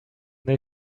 they